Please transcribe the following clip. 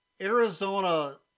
Arizona